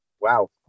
Wow